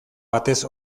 batez